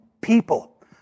People